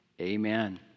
Amen